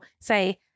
say